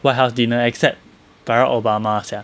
white house dinner except barack obama sia